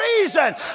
reason